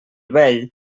vell